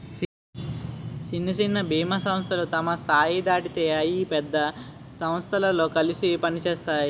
సిన్న సిన్న బీమా సంస్థలు తమ స్థాయి దాటితే అయి పెద్ద సమస్థలతో కలిసి పనిసేత్తాయి